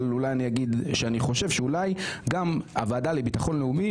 אבל אולי אני אגיד שאני חושב שאולי גם הוועדה לביטחון לאומי,